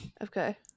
Okay